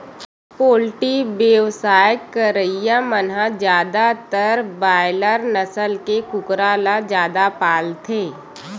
poultry बेवसाय करइया मन ह जादातर बायलर नसल के कुकरा ल जादा पालथे